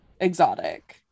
exotic